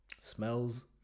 Smells